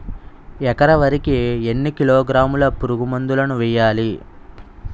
ఎకర వరి కి ఎన్ని కిలోగ్రాముల పురుగు మందులను వేయాలి?